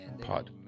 pod